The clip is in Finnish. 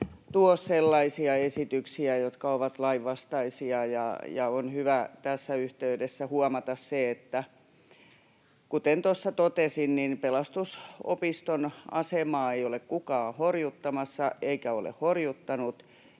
tuo sellaisia esityksiä, jotka ovat lainvastaisia. On hyvä tässä yhteydessä huomata se, kuten tuossa totesin, että Pelastusopiston asemaa ei ole kukaan horjuttamassa eikä ole horjuttanut